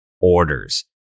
orders